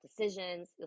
decisions